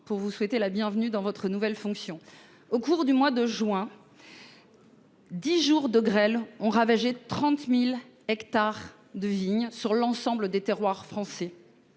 pour vous souhaiter la bienvenue dans vos nouvelles fonctions. Au cours du mois de juin, dix jours de grêle ont ravagé 30 000 hectares de vignes sur l'ensemble des terroirs français,